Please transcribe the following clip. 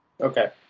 Okay